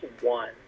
one